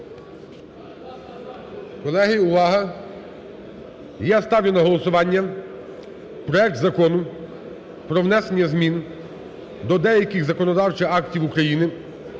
Колеги, увага! Я ставлю на голосування проект Закону про внесення змін до деяких законодавчих актів України